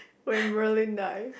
will Merlin die